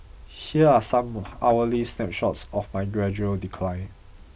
here are some hourly snapshots of my gradual decline